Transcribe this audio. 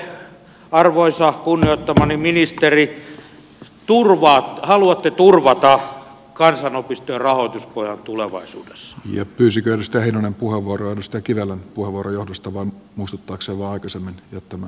miten te arvoisa kunnioittamani ministeri haluatte turvata kansanopistojen rahoituspohjan tulevaisuudessa kysykö mistä ei puhu rodusta kirjan on puoluejohdosta vain musta tuoksuvaa kysymme nyt tämä